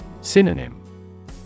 Synonym